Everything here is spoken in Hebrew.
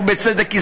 ובצדק,